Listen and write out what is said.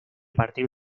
partir